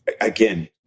again